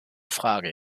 frage